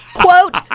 quote